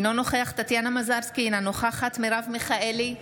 אינו נוכח טטיאנה מזרסקי, אינה נוכחת מרב מיכאלי,